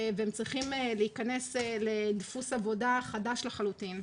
והם צריכים להיכנס לדפוס עבודה חדש לחלוטין.